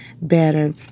better